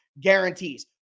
guarantees